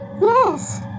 Yes